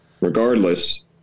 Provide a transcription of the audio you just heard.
Regardless